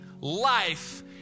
life